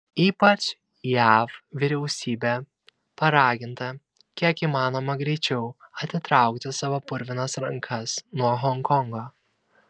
ypač jav vyriausybė paraginta kiek įmanoma greičiau atitraukti savo purvinas rankas nuo honkongo